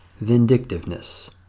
vindictiveness